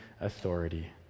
authority